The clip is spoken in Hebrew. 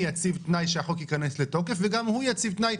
יציב תנאי שהחוק ייכנס לתוקף וגם הוא יציב תנאי,